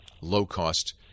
low-cost